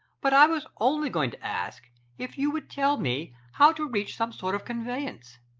but i was only going to ask if you would tell me how to reach some sort of conveyance.